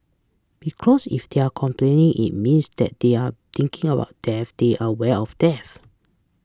because if they are complaining it means that they are thinking about death they are aware of death